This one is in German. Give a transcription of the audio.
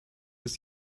des